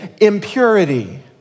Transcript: impurity